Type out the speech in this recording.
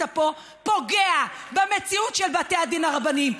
פה פוגע במציאות של בתי הדין הרבניים,